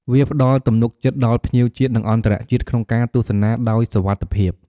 វាផ្ដល់ទំនុកចិត្តដល់ភ្ញៀវជាតិ និងអន្តរជាតិក្នុងការទស្សនាដោយសុវត្ថិភាព។